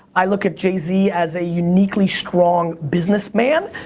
i look at jay z as a uniquely strong businessman.